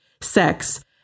sex